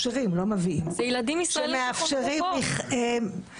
--- אלה ילדים ישראלים שחונכו פה,